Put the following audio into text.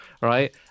right